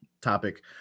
topic